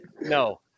no